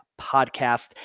podcast